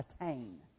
attain